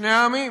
לשני העמים.